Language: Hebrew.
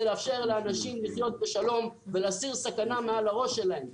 לאפשר לאנשים לחיות בשלום ולהסיר סכנה מעל הראש שלהם,